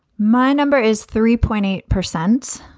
my number is three point eight percent.